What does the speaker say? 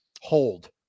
hold